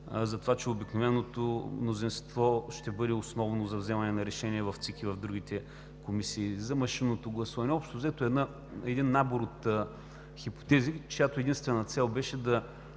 за това, че обикновеното мнозинство ще бъде основно за вземане на решения в ЦИК и в другите комисии; за машинното гласуване. Общо взето, един набор от хипотези, чиято единствена цел беше да